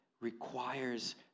requires